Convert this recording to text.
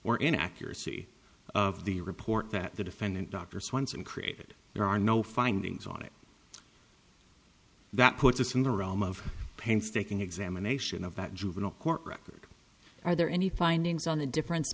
or inaccuracy of the report that the defendant dr swenson created there are no findings on it that puts us in the realm of painstaking examination of that juvenile court record are there any findings on the difference